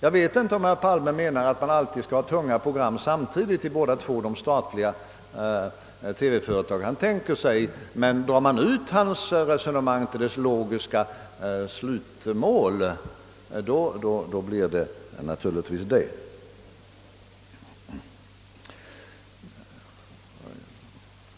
Jag vet inte om herr Palme menar att man alltid skall ha tunga program samtidigt i båda de statliga TV-företag som han har tänkt sig, men drar man ut hans resonemang till dess logiska slutmål blir detta naturligtvis resultatet.